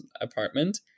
apartment